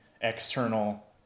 external